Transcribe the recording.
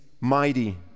mighty